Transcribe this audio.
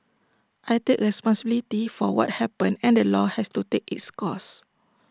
I take responsibility for what happened and the law has to take its course